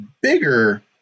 bigger